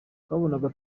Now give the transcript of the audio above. twabonaga